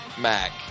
mac